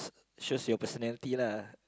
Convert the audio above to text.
shows your personality lah